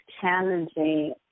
challenging